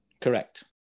Correct